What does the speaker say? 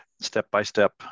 step-by-step